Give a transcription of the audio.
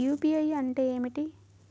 UPI అంటే ఏమిటీ?